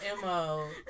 MO